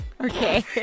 Okay